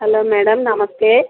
hello madam నమస్తే